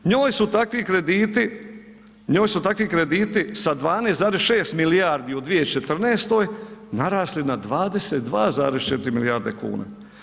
Njoj su takvi krediti, njoj su takvi krediti sa 12,6 milijardi u 2014. narasli na 22,4 milijarde kuna.